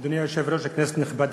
אדוני היושב-ראש, כנסת נכבדה,